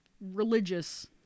religious